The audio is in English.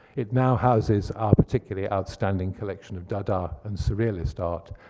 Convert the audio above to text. it now houses our particularly outstanding collection of dada and surrealist art,